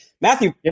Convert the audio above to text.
Matthew